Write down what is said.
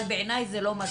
אבל בעיניי זה לא מספיק.